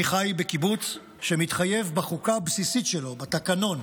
אני חי בקיבוץ שמתחייב בחוקה הבסיסית שלו, בתקנון,